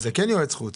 אז זה כן יועץ חוץ?